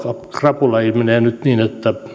krapula ilmenee nyt niin että he